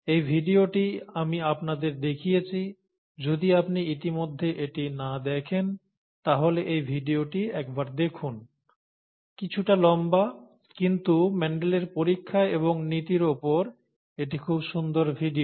এই ভিডিওটি আমি আপনাদের দেখিয়েছি যদি আপনি ইতিমধ্যে এটি না দেখেন তাহলে এই ভিডিওটি একবার দেখুন কিছুটা লম্বা কিন্তু মেন্ডেলের পরীক্ষা এবং নীতির উপর একটি খুব সুন্দর ভিডিও